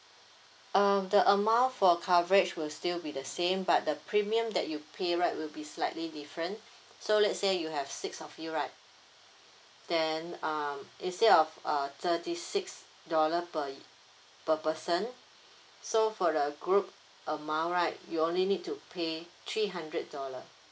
um the amount for coverage will still be the same but the premium that you pay right will be slightly different so let's say you have six of you right then um instead of uh thirty six dollar per y~ per person so for the group amount right you'll only need to pay three hundred dollar